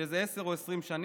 שזה עשר או 20 שנים.